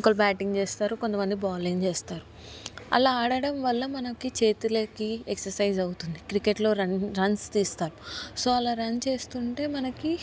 ఒకరు బ్యాటింగ్ చేస్తారు కొంతమంది బౌలింగ్ చేస్తారు అలా ఆడడం వల్ల మనకి చేతులకి ఎక్ససైజ్ అవుతుంది క్రికెట్లో రన్ రన్స్ తీస్తారు సో అలా రన్ చేస్తుంటే మనకి